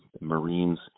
Marines